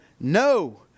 no